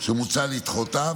שמוצע לדחותה,